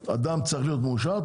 אדם צריך להיות מאושר,